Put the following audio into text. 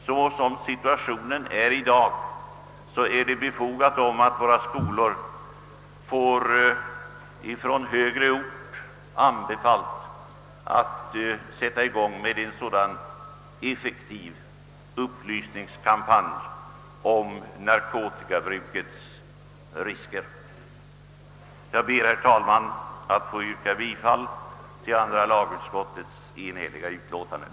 Såsom situationen är i dag är det befogat att våra skolor från högre ort får sig anbefallt att sätta i gång med en sådan effektiv upplysningskampanj om narkotikamissbrukets risker. Jag ber, herr talman, att få yrka bifall till andra lagutskottets enhälliga hemställan.